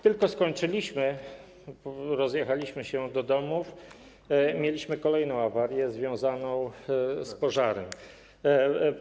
Tylko skończyliśmy, rozjechaliśmy się do domów i mieliśmy kolejną awarię związaną z pożarem.